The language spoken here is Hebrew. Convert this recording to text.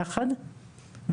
יחד עם הרשות,